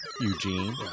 Eugene